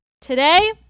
Today